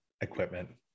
equipment